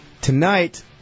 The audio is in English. tonight